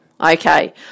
Okay